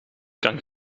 kan